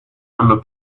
hanno